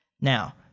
Now